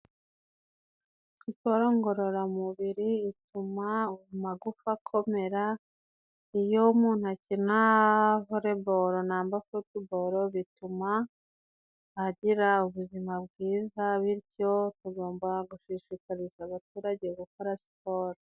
Siporo ngororamubiri ituma amagufa akomera, iyo umuntu akina voleboro nangwa futuboro bituma agira ubuzima bwiza, bityo tugomba gushishikariza abaturage gukora siporo.